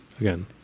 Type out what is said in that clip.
again